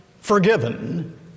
forgiven